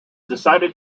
decided